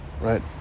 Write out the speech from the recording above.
Right